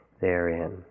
therein